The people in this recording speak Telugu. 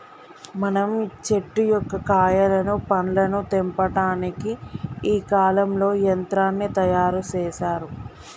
మనం చెట్టు యొక్క కాయలను పండ్లను తెంపటానికి ఈ కాలంలో యంత్రాన్ని తయారు సేసారు